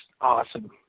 awesome